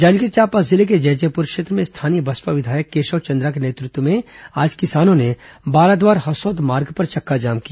जांजगीर चांपा जिले के जैजैप्र क्षेत्र में स्थानीय बसपा विधायक केशव चंद्र ा के नेतृत्व में आज किसानों ने बाराद्वार हसौद मार्ग पर चक्काजाम किया